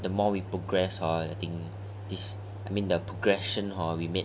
the more we progress hor I think this I mean the progression hor we made